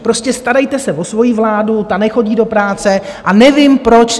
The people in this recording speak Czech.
Prostě starejte se o svoji vládu, ta nechodí do práce a nevím, proč...